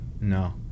No